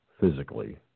physically